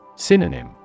Synonym